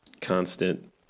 constant